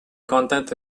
content